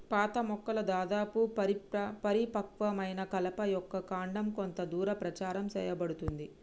పాత మొక్కల దాదాపు పరిపక్వమైన కలప యొక్క కాండం కొంత దూరం ప్రచారం సేయబడుతుంది